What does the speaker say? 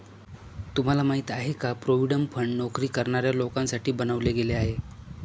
तुम्हाला माहिती आहे का? प्रॉव्हिडंट फंड नोकरी करणाऱ्या लोकांसाठी बनवले गेले आहे